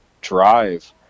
drive